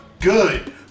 good